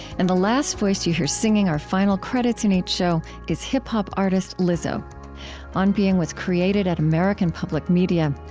and the last voice you hear, singing our final credits in each show, is hip-hop artist lizzo on being was created at american public media.